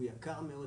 הוא יקר מאוד.